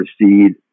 proceed